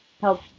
help